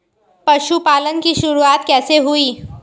पशुपालन की शुरुआत कैसे हुई?